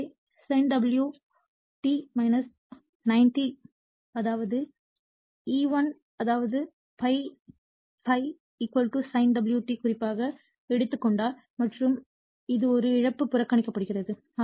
எனவே sin ω t 90 அதாவது E1 அதாவது ∅ sin ω t குறிப்பாக எடுத்துக்கொண்டால் மற்றும் அது ஒரு இழப்பு புறக்கணிக்கப்படுகிறது